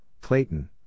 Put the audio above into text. Clayton